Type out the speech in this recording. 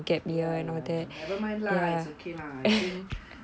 ya ya ya never mind lah it's okay lah I think